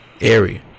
area